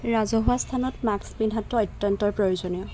ৰাজহোৱা স্থানত মাস্ক পিন্ধাটো অত্যন্তই প্ৰয়োজনীয়